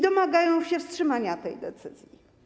Domaga się wstrzymania tej decyzji.